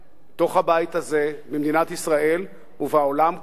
בתוך הבית הזה, במדינת ישראל ובעולם כולו,